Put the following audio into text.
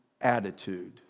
attitude